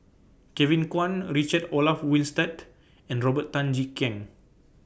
Kevin Kwan Richard Olaf Winstedt and Robert Tan Jee Keng